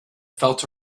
felt